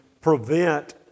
prevent